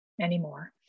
anymore